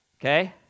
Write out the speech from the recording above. okay